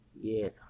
Yes